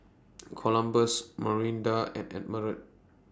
Columbus Marinda and Emerald